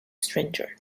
stranger